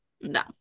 no